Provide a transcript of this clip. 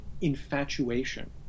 infatuation